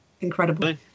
incredible